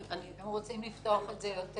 אני --- לא רוצים לפתוח את זה יותר.